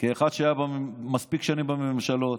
כאחד שהיה מספיק שנים בממשלות,